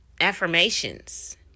affirmations